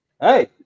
Hey